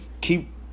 keep